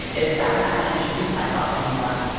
is i don't know how to introduce myself anymore